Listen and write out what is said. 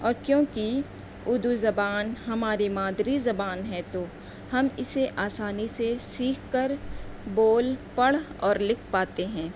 اور کیونکہ اردو زبان ہماری مادری زبان ہے تو ہم اسے آسانی سے سیکھ کر بول پڑھ اور لکھ پاتے ہیں